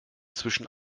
zwischen